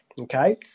okay